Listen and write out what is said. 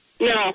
No